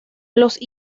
los